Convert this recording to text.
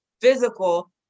physical